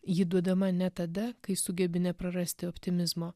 ji duodama ne tada kai sugebi neprarasti optimizmo